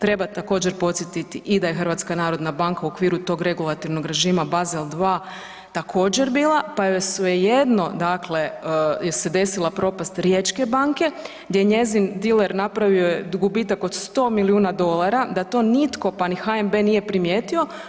Treba također podsjetiti i da je HNB u okviru tog regulatornog režima Basel 2 također bila, pa joj svejedno, dakle je se desila propast riječke banke gdje je njezin diler napravio joj gubitak od 100 milijuna dolara da to nitko, pa ni HNB nije primijetio.